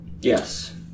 Yes